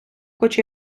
хоч